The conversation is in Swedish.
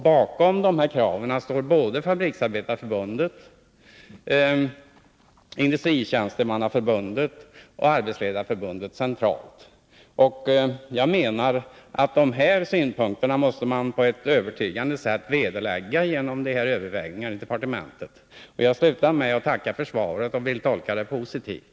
Bakom de här kraven står Svenska fabriksarbetareförbundet, Svenska industritjänstemannaförbundet och Sveriges arbetsledareförbund centralt. Jag menar att dessa synpunkter på ett övertygande sätt måste vederläggas genom övervägningar inom departementet, annars måste driften få fortsätta. Avslutningsvis tackar jag för svaret, som jag vill tolka positivt.